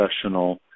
professional